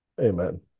Amen